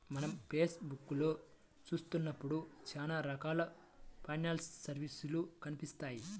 మనం ఫేస్ బుక్కులో చూత్తన్నప్పుడు చానా రకాల ఫైనాన్స్ సర్వీసులు కనిపిత్తాయి